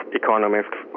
economists